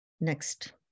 next